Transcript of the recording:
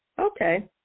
okay